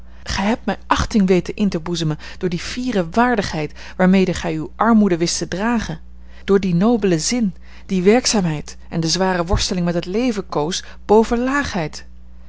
gij hebt mij achting weten in te boezemen door die fiere waardigheid waarmede gij uwe armoede wist te dragen door dien nobelen zin die werkzaamheid en de zware worsteling met het leven koos